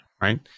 Right